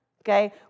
okay